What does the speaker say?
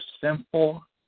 simple